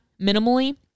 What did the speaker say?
minimally